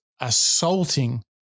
assaulting